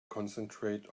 concentrate